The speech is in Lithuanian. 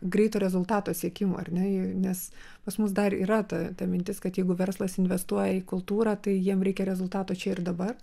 greito rezultato siekimo ar ne nes pas mus dar yra ta ta mintis kad jeigu verslas investuoja į kultūrą tai jiem reikia rezultato čia ir dabar